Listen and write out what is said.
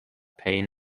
pain